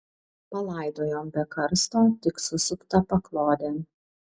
palaidojom be karsto tik susuptą paklodėn